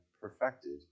perfected